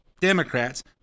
Democrats